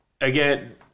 again